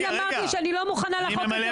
אני אמרתי שאני לא מוכנה לחוק הזה,